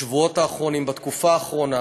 בשבועות האחרונים, בתקופה האחרונה,